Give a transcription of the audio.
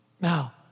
Now